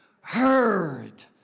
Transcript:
heard